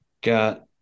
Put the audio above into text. got –